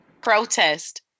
Protest